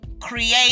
create